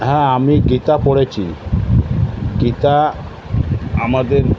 হ্যাঁ আমি গীতা পড়েছি গীতা আমাদের